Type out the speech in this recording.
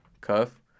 cuff